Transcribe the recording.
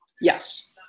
Yes